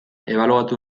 ebaluatu